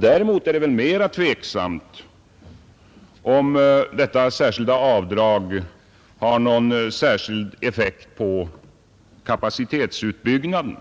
Däremot är det mera tveksamt, om detta särskilda avdrag har någon speciell effekt på kapacitetsutbyggnaden,